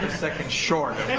second short.